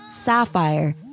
Sapphire